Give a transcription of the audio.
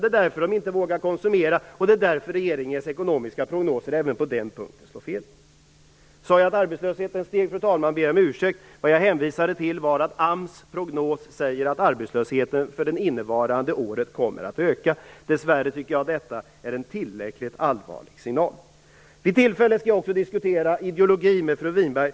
Det är därför de inte vågar konsumera, och det är därför regeringens ekonomiska prognoser slår fel även på den punkten. Om jag sade att arbetslösheten steg, fru talman, ber jag om ursäkt. Jag hänvisade till att AMS prognos säger att arbetslösheten för det innevarande året kommer att öka. Jag tycker att det är en tillräckligt allvarlig signal. Vid tillfälle skall jag också diskutera ideologi med fru Winberg.